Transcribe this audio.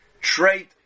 trait